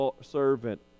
servant